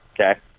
okay